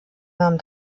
nahm